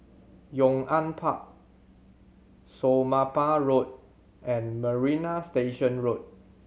Yong An Park Somapah Road and Marina Station Road